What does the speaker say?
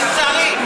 מוסרי.